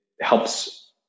helps